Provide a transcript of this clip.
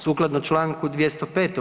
Sukladno čl. 205.